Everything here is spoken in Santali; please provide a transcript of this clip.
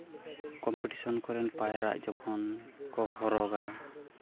ᱠᱚᱢᱯᱤᱴᱤᱥᱮᱱ ᱠᱚᱨᱮᱱ ᱯᱟᱭᱨᱟᱜ ᱡᱚᱠᱷᱚᱱ ᱠᱚ ᱦᱚᱨᱚᱜᱟ